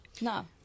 No